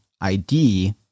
ID